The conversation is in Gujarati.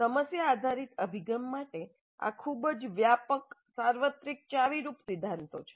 સમસ્યા આધારિત અભિગમ માટે આ ખૂબ જ વ્યાપક સાર્વત્રિક ચાવીરૂપ સિદ્ધાંતો છે